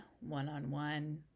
one-on-one